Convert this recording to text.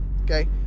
Okay